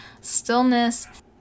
stillness